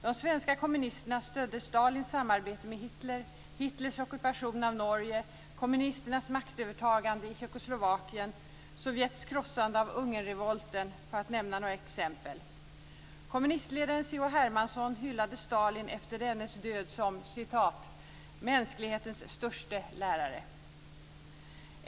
De svenska kommunisterna stödde Stalins samarbete med Hitler, Hitlers ockupation av Norge, kommunisternas maktövertagande i Tjeckoslovakien, Sovjets krossande av Ungernrevolten - för att nämna några exempel. Kommunistledaren C H Hermansson hyllade Stalin efter dennes död som "mänsklighetens störste lärare".